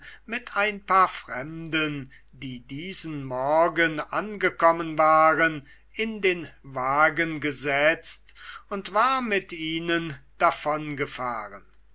mit ein paar fremden die diesen morgen angekommen waren in den wagen gesetzt und war mit ihnen